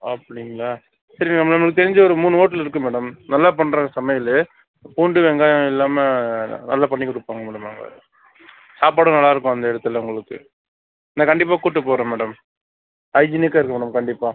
அப்படிங்களா சரி நம்மளுக்கு தெரிந்த ஒரு மூணு ஹோட்டல் இருக்குது மேடம் நல்லா பண்றாங்க சமையலும் பூண்டு வெங்காயம் இல்லாமல் நல்லா பண்ணி கொடுப்பாங்க மேடம் அவங்க சாப்பாடும் நல்லாயிருக்கும் அந்த இடத்தில் உங்களுக்கு நான் கண்டிப்பாக கூட்டிட்டு போறேன் மேடம் ஹைஜீனிக்காக இருக்கும் மேடம் கண்டிப்பாக